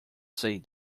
say